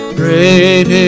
great